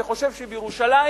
הוא חושב שבירושלים